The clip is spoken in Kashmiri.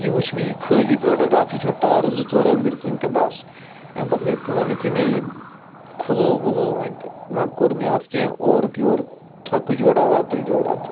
یہِ وُچھ مےٚ یہِ خٲلِی پروڈکٹ اَتھ وُچھ مےٚ تارٕ زٕ ژور أنٛدرۍ کِنۍ تہٕ بَس امہِ پَتہٕ گٔے کٲم یِتُھے مےٚ یہِ کُھلوو وُلوو وۄنۍ تہٕ وۄنۍ کوٚر اَتھ مےٚ کِینٛہہ اورُک یورُک تھۄکہٕ جوڑا وۄکہٕ جوڑا